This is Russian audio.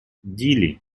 дили